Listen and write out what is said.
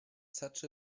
such